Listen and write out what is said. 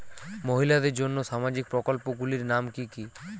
মহিলাদের জন্য সামাজিক প্রকল্প গুলির নাম কি কি?